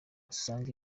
usanga